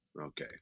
okay